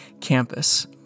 campus